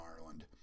Ireland